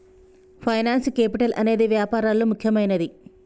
finance capital అనేదే వ్యాపారాల్లో ముఖ్యమైనది